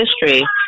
history